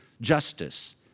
justice